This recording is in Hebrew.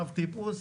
אב טיפוס,